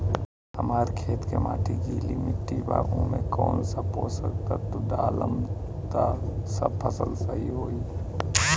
हमार खेत के माटी गीली मिट्टी बा ओमे कौन सा पोशक तत्व डालम त फसल सही होई?